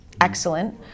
excellent